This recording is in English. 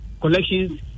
collections